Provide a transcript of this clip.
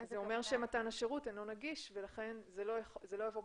זה אומר שמתן השירות אינו נגיש ולכן זה לא יבוא בנוסף.